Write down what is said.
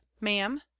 Ma'am